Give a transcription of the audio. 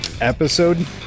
episode